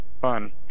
fun